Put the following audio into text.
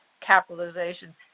capitalization